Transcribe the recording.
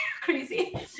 crazy